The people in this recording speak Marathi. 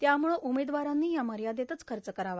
त्यामुळं उमेदवारांनी या मयादेतच खच करावा